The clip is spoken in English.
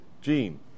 Gene